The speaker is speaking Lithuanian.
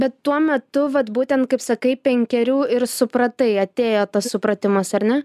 bet tuo metu vat būtent kaip sakai penkerių ir supratai atėjo tas supratimas ar ne